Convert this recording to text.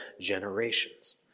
generations